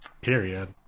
period